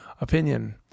opinion